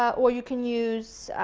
or you can use